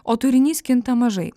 o turinys kinta mažai